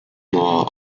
law